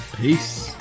Peace